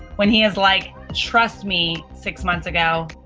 when he is like, trust me, six months ago,